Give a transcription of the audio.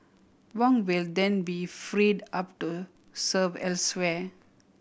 Wong will then be freed up to serve elsewhere